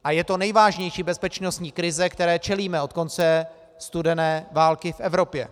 A je to nejvážnější bezpečnostní krize, které čelíme od konce studené války v Evropě.